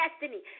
destiny